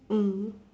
mm